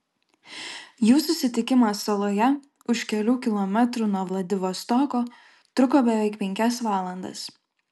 jų susitikimas saloje už kelių kilometrų nuo vladivostoko truko beveik penkias valandas